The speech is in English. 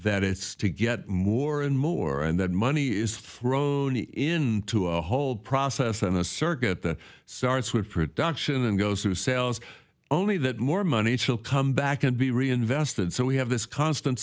that it's to get more and more and that money is thrown into a whole process and a circuit that starts with production and goes through sales only that more money till come back and be reinvested so we have this constant